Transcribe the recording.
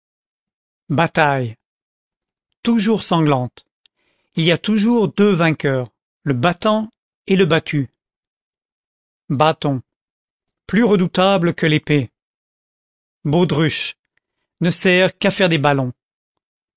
bataille toujours sanglante il y a toujours deux vainqueurs le battant et le battu bâton plus redoutable que l'épée baudruche ne sert qu'à faire des ballons